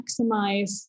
maximize